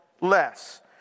less